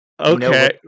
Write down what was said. Okay